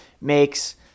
makes